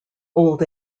old